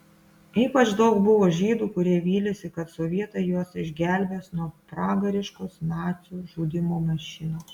ypač daug buvo žydų kurie vylėsi kad sovietai juos išgelbės nuo pragariškos nacių žudymo mašinos